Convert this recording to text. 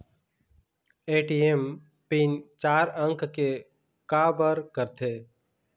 ATM PIN चार अंक के का बर करथे?